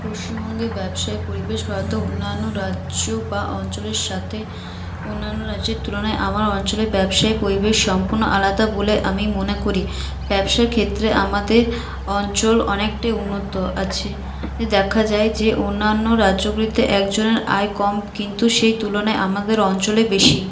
পশ্চিমবঙ্গের ব্যবসায়িক পরিবেশ ভারতের অন্যান্য রাজ্য বা অঞ্চলের সাথে অন্যান্য রাজ্যের তুলনায় আমার অঞ্চলের ব্যবসায়িক পরিবেশ সম্পূর্ণ আলাদা বলে আমি মনে করি ব্যবসার ক্ষেত্রে আমাদের অঞ্চল অনেকটাই উন্নত আছে দেখা যায় যে অন্যান্য রাজ্যগুলিতে একজনের আয় কম কিন্তু সেই তুলনায় আমাদের অঞ্চলে বেশি